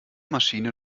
maschine